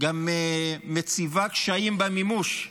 גם מציבה קשיים במימוש,